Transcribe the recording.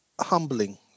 humbling